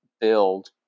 build